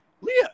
Leah